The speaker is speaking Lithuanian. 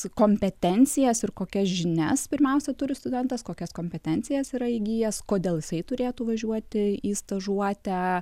kompetencijas ir kokias žinias pirmiausia turi studentas kokias kompetencijas yra įgijęs kodėl jisai turėtų važiuoti į stažuotę